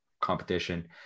competition